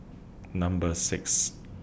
Number six